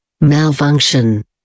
Malfunction